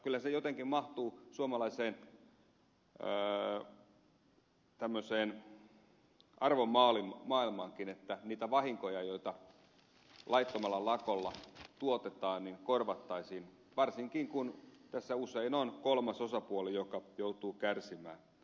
kyllä se jotenkin mahtuu tämmöiseen suomalaiseen arvomaailmaankin että niitä vahinkoja joita laittomalla lakolla tuotetaan korvattaisiin varsinkin kun tässä usein on kolmas osapuoli joka joutuu kärsimään